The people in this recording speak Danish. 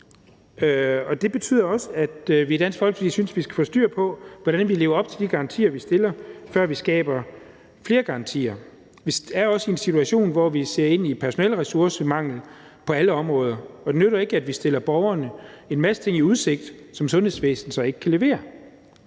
det betyder jo også, at vi i Dansk Folkeparti synes, vi skal få styr på, hvordan vi lever op til de garantier, vi stiller, før vi skaber flere garantier. Vi er også i en situation, hvor vi ser ind i en personaleressourcemangel på alle områder, og det nytter ikke, at vi stiller borgerne en masse ting i udsigt, som sundhedsvæsenet så ikke kan levere.